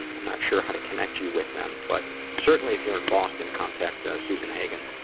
i'm not sure how to connect you with them, but certainly if you're in boston, contact ah susan hagan.